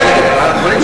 אז למה אתה אומר,